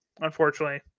unfortunately